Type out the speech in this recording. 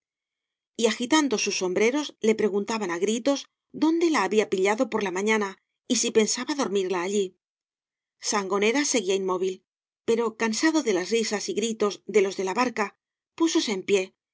y agitando sus sombreros le preguntaban á cañas y barro gritos dónde la había pillado por la mañana y si pensaba dormirla allí sangonera seguía inmóvil pero cansado de las risa j gritos de los de la barca púsose en pie